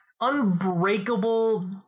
unbreakable